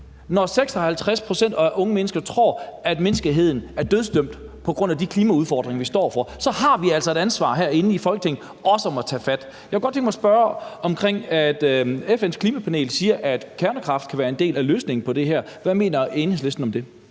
Når 56 pct. af unge mennesker tror, at menneskeheden er dødsdømt på grund af de klimaudfordringer, vi står over for, så har vi altså også et ansvar herinde i Folketinget for at tage fat. Jeg kunne godt tænke mig at spørge omkring det, at FN's klimapanel siger, at kernekraft kan være en del af løsningen på det her. Hvad mener Enhedslisten om det?